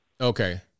Okay